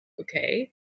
okay